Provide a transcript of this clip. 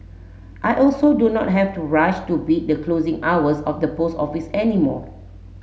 I also do not have to rush to beat the closing hours of the post office any more